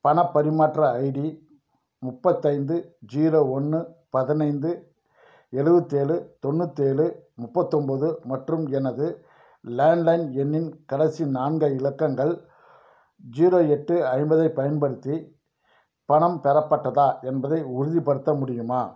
பணப் பரிமாற்ற ஐடி முப்பத்தைந்து ஜீரோ ஒன்று பதினைந்து எழுவத்தேலு தொண்ணூத்தேழு முப்பத்தொம்போது மற்றும் எனது லேண்ட்லைன் எண்ணின் கடைசி நான்கு இலக்கங்கள் ஜீரோ எட்டு ஐம்பது ஐப் பயன்படுத்தி பணம் பெறப்பட்டதா என்பதை உறுதிப்படுத்த முடியுமா